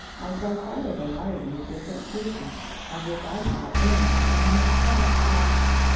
i saw quite a variety of different systems, of which i thought then in an abstract fashion,